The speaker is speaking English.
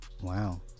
Wow